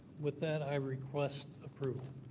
with that, i request approval.